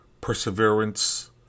perseverance